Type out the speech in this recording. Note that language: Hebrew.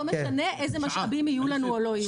לא משנה איזה משאבים יהיו לנו או לא יהיו לנו,